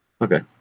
Okay